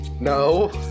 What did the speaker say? No